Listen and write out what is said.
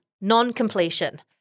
non-completion